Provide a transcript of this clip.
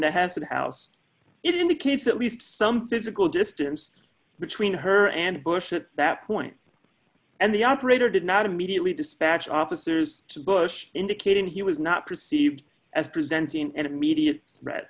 has that house it indicates at least some physical distance between her and bush at that point and the operator did not immediately dispatch officers to bush indicating he was not perceived as presenting an immediate threat